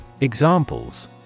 Examples